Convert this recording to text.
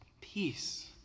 Peace